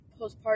postpartum